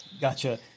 Gotcha